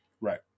right